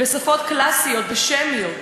ושפות קלאסיות ושמיות,